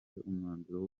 umwanzuro